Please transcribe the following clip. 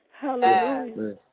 hallelujah